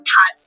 Hot